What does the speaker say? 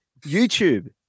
YouTube